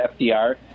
FDR